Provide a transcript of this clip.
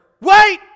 Wait